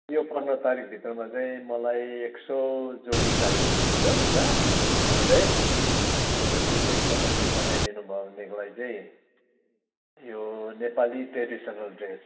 यो पन्ध्र तारिख भित्रमा चाहिँ मलाई एक सौ जोडी चाहिएको थियो कि त लुगा ड्रेस अन्त त्यो चाहिँ तपाईँले पठाइ दिनुभयो भनेदेखिलाई चाहिँ यो नेपाली ट्रेडिसनल ड्रेस